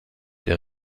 der